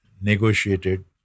negotiated